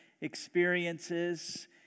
experiences